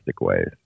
ways